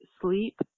sleep